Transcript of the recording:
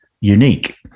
unique